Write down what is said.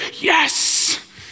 Yes